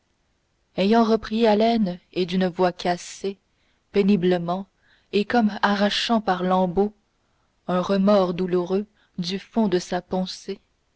ayant repris haleine et d'une voix cassée péniblement et comme arrachant par lambeaux un remords douloureux du fond de sa pensée